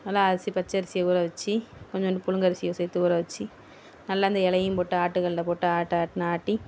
நல்லா அரிசி பச்சரிசியை ஊற வச்சு கொஞ்சோண்டு புழுங்கரிசியை சேர்த்து ஊற வச்சு நல்லா அந்த இலையும் போட்டு ஆட்டுக்கல்லில் போட்டு ஆட்டு ஆட்டுன்னு ஆட்டி